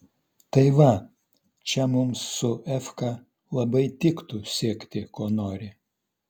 tai va čia mums su efka labai tiktų siekti ko nori